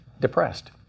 depressed